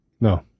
No